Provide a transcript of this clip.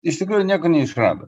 iš tikrųjų nieko neišrado